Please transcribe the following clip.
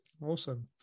Awesome